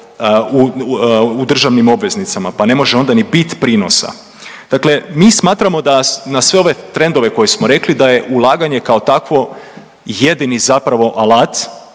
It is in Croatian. u državnim obveznicama pa ne može onda ni bit prinosa. Dakle, mi smatramo da na sve ove trendove koje smo rekli da je ulaganje kao takvo jedini zapravo alat